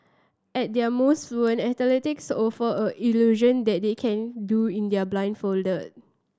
at their most fluent athletes offer a illusion that they can do in the a blindfolded